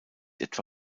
etwa